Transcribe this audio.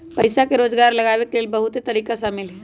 पइसा के जोगार लगाबे के लेल बहुते तरिका शामिल हइ